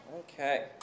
Okay